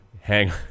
hang